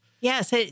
Yes